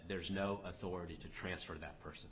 there's no authority to transfer that person